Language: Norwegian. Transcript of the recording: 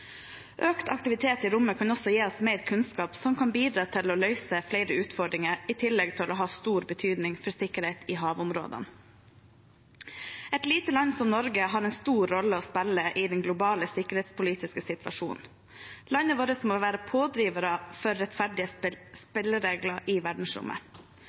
Økt aktivitet i rommet kan også gi oss mer kunnskap som kan bidra til å løse flere utfordringer, i tillegg til å ha stor betydning for sikkerhet i havområdene. Et lite land som Norge har en stor rolle å spille i den globale sikkerhetspolitiske situasjonen. Landet vårt må være pådriver for rettferdige spilleregler i verdensrommet.